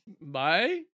Bye